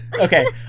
Okay